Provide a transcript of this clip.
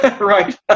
Right